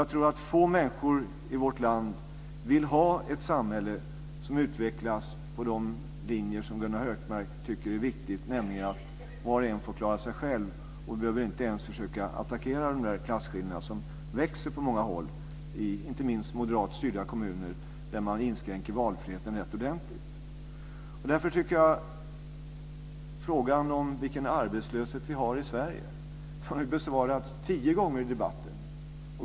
Jag tror att få människor i vårt land vill ha ett samhälle som utvecklas efter de linjer som Gunnar Hökmark tycker är viktiga, nämligen att var och en får klara sig själv. Han behöver inte ens försöka attackera de klasskillnader som växer på många håll, inte minst i moderat styrda kommuner, där man inskränker valfriheten rätt ordentligt. Frågan om vilken arbetslöshet vi har i Sverige har ju besvarats tio gånger i debatten.